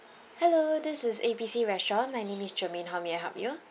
hello this is A B C restaurant my name is germaine how may I help you